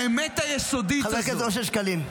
--- חבר הכנסת אושר שקלים.